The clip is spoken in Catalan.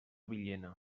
villena